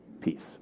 peace